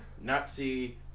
Nazi